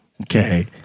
Okay